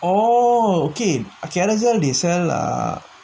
oh okay Carousell they sell ah